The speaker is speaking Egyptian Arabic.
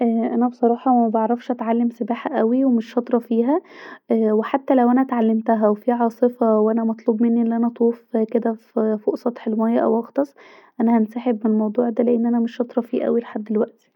انا بصراحه مبعرفش اتعلم سباحه اوي ومش شاطره فيها وحتي لو انا اتعلمتها وفي عاصفه وانا المطلوب مني أن انا أطوف كدا فوق سطح المايه واغطس ف انا هنسحب من الموضوع ده لان انا مش شاطره فيه لحد دلوقتي